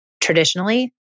traditionally